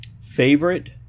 favorite